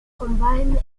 combined